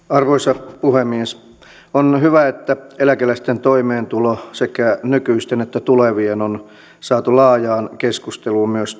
arvoisa puhemies on hyvä että eläkeläisten toimeentulo sekä nykyisten että tulevien on saatu laajaan keskusteluun myös